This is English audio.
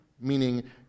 meaning